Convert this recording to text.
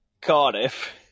Cardiff